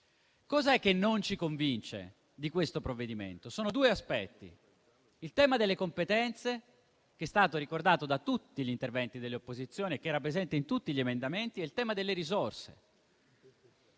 Cos'è che non ci convince di questo provvedimento? Sono due aspetti: il tema delle competenze, che è stato ricordato in tutti gli interventi delle opposizioni e che era presente in tutti gli emendamenti, e il tema delle risorse.